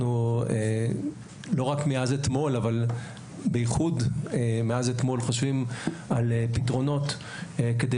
אנחנו לא רק מאז אתמול אבל בייחוד מאז אתמול חושבים על פתרונות כדי